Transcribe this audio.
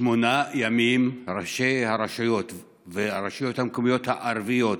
שמונה ימים ראשי הרשויות והרשויות המקומיות הערביות,